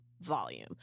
volume